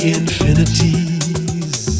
infinities